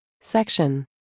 Section